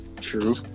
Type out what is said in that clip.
True